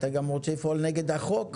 אתה גם רוצה לפעול נגד החוק?